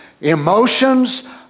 emotions